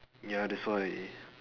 ya that's why